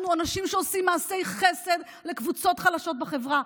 אנחנו אנשים שעושים מעשי חסד לקבוצות חלשות בחברה,